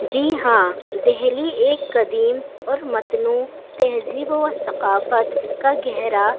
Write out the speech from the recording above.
جی ہاں دہلی ایک قدیم اور متنوع تہذیب و ثقافت کا گہرا